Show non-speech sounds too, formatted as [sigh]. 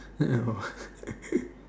!wah! [laughs]